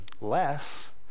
less